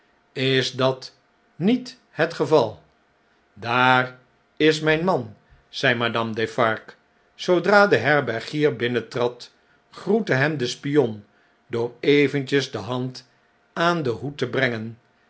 is dat niet het geval daar is rmjnman zei madame defarge zoodra de herbergier binnentrad groette hem de spion door eventjes de hand aan den hoed te brengen